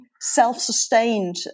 self-sustained